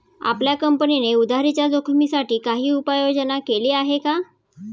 आपल्या कंपनीने उधारीच्या जोखिमीसाठी काही उपाययोजना केली आहे का?